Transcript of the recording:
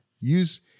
use